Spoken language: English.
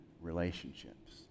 relationships